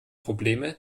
probleme